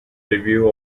review